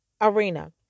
arena